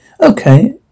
Okay